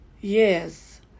Yes